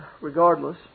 regardless